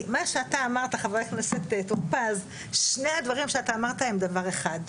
חבר הכנסת טור-פז, שני הדברים שאמרת הם דבר אחד.